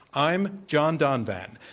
i'm john donvan.